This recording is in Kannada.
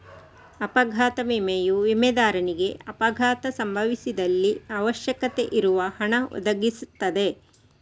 ಅಪಘಾತ ವಿಮೆಯು ವಿಮೆದಾರನಿಗೆ ಅಪಘಾತ ಸಂಭವಿಸಿದಲ್ಲಿ ಅವಶ್ಯಕತೆ ಇರುವ ಹಣ ಒದಗಿಸ್ತದೆ